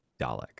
Dalek